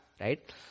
Right